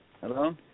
Hello